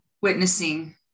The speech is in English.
witnessing